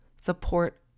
support